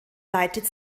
leitet